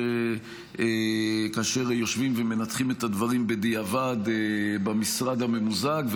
כאשר יושבים ומנתחים את הדברים בדיעבד במשרד הממוזג,